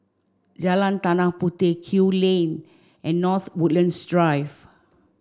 Jalan Tanah Puteh Kew Lane and North Woodlands Drive